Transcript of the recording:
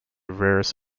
rarest